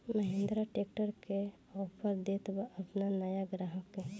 Mahindra tractor का offer देत बा अपना नया ग्राहक के?